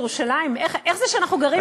איך זה שאנחנו גרים בעיר הזאת,